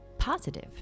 positive